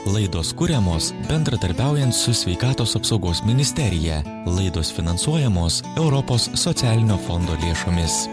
laidos kuriamos bendradarbiaujant su sveikatos apsaugos ministerija laidos finansuojamos europos socialinio fondo lėšomis